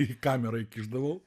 į kamerą įkišdavau